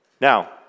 Now